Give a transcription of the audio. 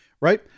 right